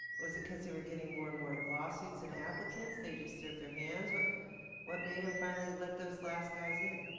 was it because they were getting more and more lawsuits and applicants? they just threw up their hands? what what made them finally let those last guys in?